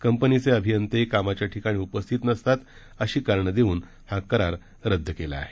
कंपनीचे अभियंते कामाच्या ठिकाणी उपस्थित नसतात अशी कारणं देऊन हा करार रद्द करण्यात आला आहे